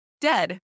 Dead